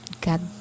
god